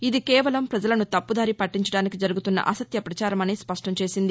ఇది కేవలం ప్రజలను తప్పుదారి పట్టించడానికి జరుగుతున్న అసత్య పచారమని స్పష్టంచేసింది